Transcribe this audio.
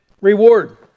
reward